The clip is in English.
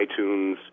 iTunes